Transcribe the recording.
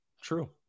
True